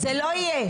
זה לא יהיה.